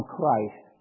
Christ